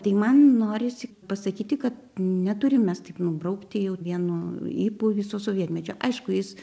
tai man norisi pasakyti kad neturim mes taip nubraukti jau vienu ypu viso sovietmečio aišku jis